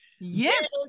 Yes